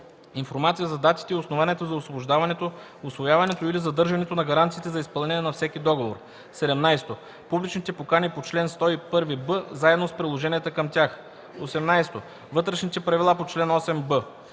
информация за датите и основанието за освобождаването, усвояването или задържането на гаранциите за изпълнение на всеки договор; 17. публичните покани по чл. 101б заедно с приложенията към тях; 18. вътрешните правила по чл. 8б;